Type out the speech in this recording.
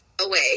away